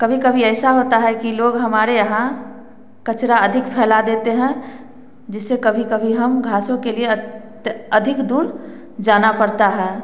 कभी कभी ऐसा होता है कि लोग हमारे यहाँ कचरा अधिक फैला देते हैं जिससे कभी कभी हम घासों के लिए अत्य अधिक दूर जाना पड़ता है